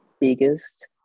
biggest